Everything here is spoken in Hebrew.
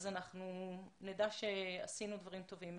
אנחנו נדע שעשינו דברים טובים.